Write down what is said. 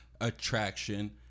attraction